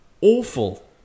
awful